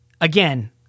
again